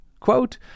quote